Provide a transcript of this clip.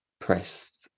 pressed